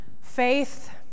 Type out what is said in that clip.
faith